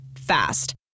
Fast